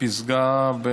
פסגה,